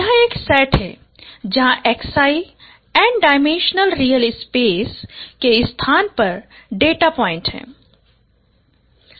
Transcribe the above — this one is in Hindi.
यह एक सेट है जहां xi N dimensional real space के स्थान पर डेटा पॉइंट है